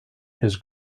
his